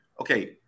okay